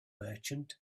merchant